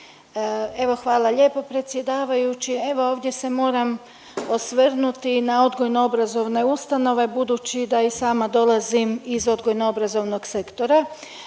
Evo hvala lijepo predsjedavajući, evo ovdje se moram osvrnuti na odgojno obrazovne ustanove budući da i sama dolazim iz odgojno obrazovnog sektora.